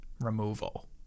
removal